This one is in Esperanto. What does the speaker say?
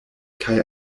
kaj